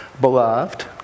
Beloved